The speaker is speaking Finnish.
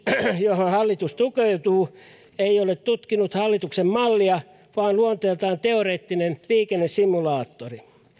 johon hallitus tukeutuu ei ole tutkinut hallituksen mallia vaan on luonteeltaan teoreettinen liikennesimulaattori